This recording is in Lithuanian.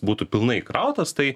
būtų pilnai įkrautas tai